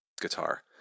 guitar